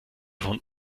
von